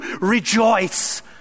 rejoice